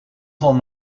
van